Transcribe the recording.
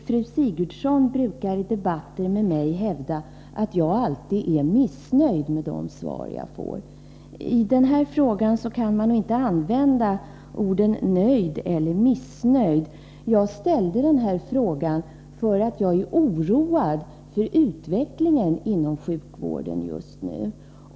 Fru Sigurdsen brukar i debatter med mig hävda att jag alltid är missnöjd med de svar jag får. I denna fråga kan man inte använda orden nöjd eller missnöjd. Jag ställde den här frågan därför att jag är oroad för utvecklingen inom sjukvården just nu.